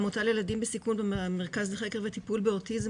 בעמותה לילדים בסיכון במרכז לחקר וטיפול באוטיזם,